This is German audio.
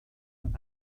man